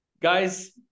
guys